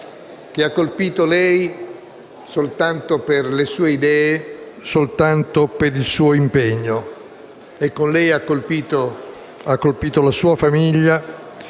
Grazie